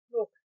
Look